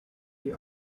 die